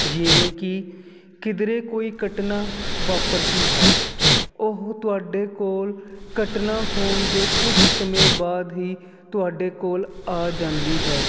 ਜਿਵੇਂ ਕਿ ਕਿਧਰੇ ਕੋਈ ਘਟਨਾ ਵਾਪਰਦੀ ਹੈ ਉਹ ਤੁਹਾਡੇ ਕੋਲ ਘਟਨਾ ਹੋਣ ਦੇ ਕੁਝ ਸਮੇਂ ਬਾਅਦ ਹੀ ਤੁਹਾਡੇ ਕੋਲ ਆ ਜਾਂਦੀ ਹੈ